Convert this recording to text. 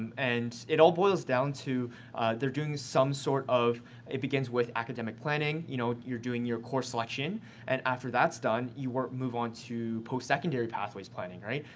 and it all boils down to they're doing some sort of it begins with academic planning. you know, you're doing your course selection and after that's done, you ah move on to post-secondary pathways planning, right?